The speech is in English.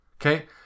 Okay